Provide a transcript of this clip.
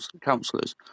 councillors